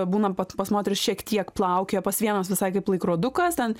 būna pat moteris šiek tiek plaukioja pas vienas visai kaip laikrodukas ten